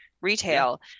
retail